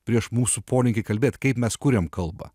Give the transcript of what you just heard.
prieš mūsų polinkį kalbėt kaip mes kuriam kalba